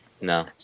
No